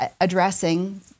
addressing